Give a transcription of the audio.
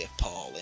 appalling